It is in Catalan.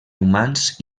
humans